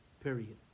Period